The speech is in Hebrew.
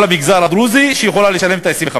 המגזר הדרוזי שיכולה לשלם את ה-25%.